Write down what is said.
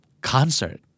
Concert